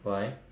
why